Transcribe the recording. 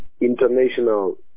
International